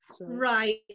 Right